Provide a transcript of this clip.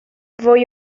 fwy